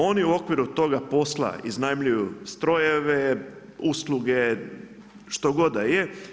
Oni u okviru toga posla iznajmljuju strojeve, usluge, što god da je.